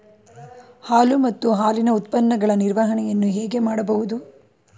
ಹಾಲು ಮತ್ತು ಹಾಲಿನ ಉತ್ಪನ್ನಗಳ ನಿರ್ವಹಣೆಯನ್ನು ಹೇಗೆ ಮಾಡಬಹುದು?